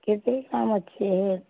କେତେ ଗ୍ରାମ୍ ଅଛେ